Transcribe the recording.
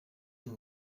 rue